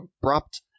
abrupt